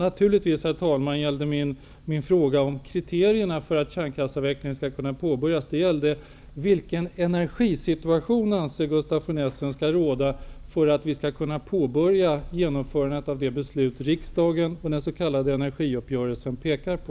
Herr talman! Min fråga om kriterierna för att kärnkraftsavvecklingen skall kunna påbörjas gällde naturligtvis vilken energisituation som Gustaf von Essen anser skall råda för att vi skall kunna påbörja genomförandet av det beslut som riksdagen och den s.k. energiuppgörelsen pekar på.